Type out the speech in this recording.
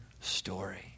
story